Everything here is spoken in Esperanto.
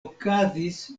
okazis